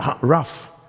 rough